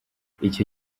icyo